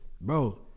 bro